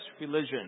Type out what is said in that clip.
religion